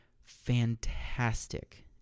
fantastic